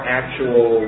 actual